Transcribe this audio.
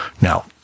Now